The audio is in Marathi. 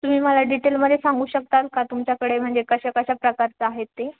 तुम्ही मला डिटेलमध्ये सांगू शकताल का तुमच्याकडे म्हणजे कशा कशा प्रकारचं आहेत ते